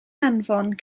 anfon